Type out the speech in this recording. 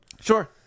sure